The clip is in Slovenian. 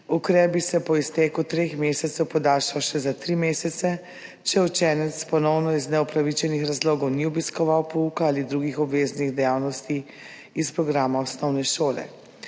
ukrep bi se po izteku treh mesecev podaljšal še za tri mesece, če učenec ponovno iz neupravičenih razlogov ne bi obiskoval pouka ali drugih obveznih dejavnosti iz programa osnovne šole.